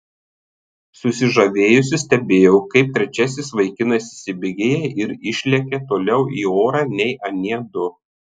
susižavėjusi stebėjau kaip trečiasis vaikinas įsibėgėja ir išlekia toliau į orą nei anie du